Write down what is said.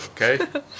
Okay